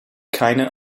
keine